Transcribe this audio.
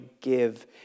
give